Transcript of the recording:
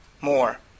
more